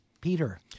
Peter